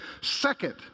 Second